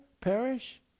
perish